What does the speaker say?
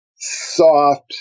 soft